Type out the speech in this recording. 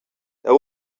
that